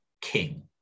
king